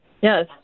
Yes